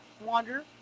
wander